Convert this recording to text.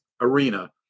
arena